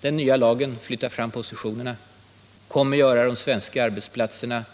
Den nya lagen flyttar fram positionerna, den kommer att göra de svenska arbetsplatserna